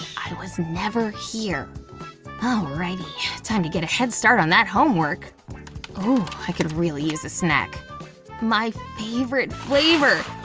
i was never here oh all right time to get a head start on that homework whoo i could really use a snack my favorite flavor